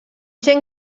gent